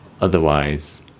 otherwise